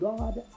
God